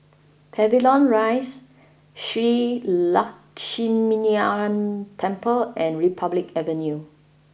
Pavilion Rise Shree Lakshminarayanan Temple and Republic Avenue